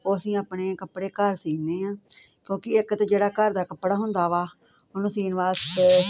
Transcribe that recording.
ਉਹ ਅਸੀਂ ਆਪਣੇ ਕੱਪੜੇ ਘਰ ਸੀਨੇਂ ਆਂ ਕਿਉਂਕੀ ਇੱਕ ਤਾਂ ਜਿਹੜਾ ਘਰ ਦਾ ਕੱਪੜਾ ਹੁੰਦਾ ਵਾ ਉਹਨੂੰ ਸੀਣ ਵਾਸਤੇ